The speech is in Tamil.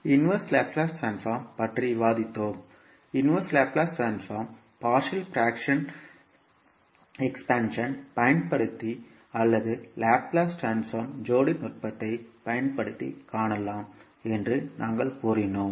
தலைகீழ் லாப்லேஸ் ட்ரான்ஸ்போர்ம் பற்றி விவாதித்தோம் தலைகீழ் Laplace transform partial fraction expansion பயன்படுத்தி அல்லது லாப்லேஸ் டிரான்ஸ்ஃபார்ம் ஜோடி நுட்பத்தைப் பயன்படுத்தி காணலாம் என்று நாங்கள் கூறினோம்